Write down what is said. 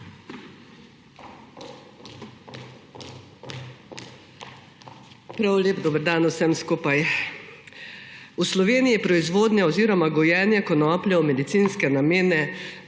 Prav lep dober dan vsem skupaj! V Sloveniji proizvodnja oziroma gojenje konoplje v medicinske namene